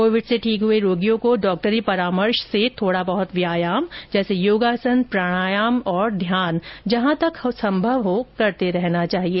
Covid से ठीक हुए रोगियों को डाक्टरी परामर्श से थोड़ा बहुत व्यायाम जैसे योगासन प्राणायाम और ध्यान जहां तक संभव हो करते रहना चाहिए